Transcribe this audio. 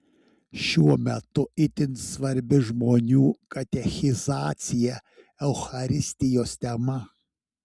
šiuo metu itin svarbi žmonių katechizacija eucharistijos tema